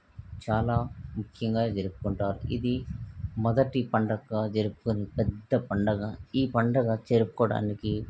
చాలా ముఖ్యంగా జరుపుకుంటారు ఇది మొదటి పండగగా జరుపుకునే పెద్ద పండగ ఈ పండగ జరుపుకోవడానికి